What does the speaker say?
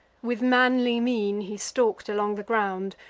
with manly mien he stalk'd along the ground,